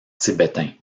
tibétain